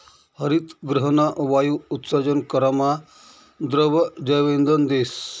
हरितगृहना वायु उत्सर्जन करामा द्रव जैवइंधन देस